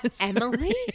Emily